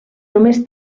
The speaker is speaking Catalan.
només